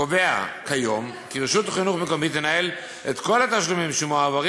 הקובע כיום כי רשות חינוך מקומית תנהל את כל התשלומים המועברים